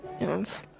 Yes